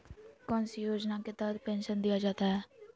कौन सी योजना के तहत पेंसन दिया जाता है?